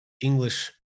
english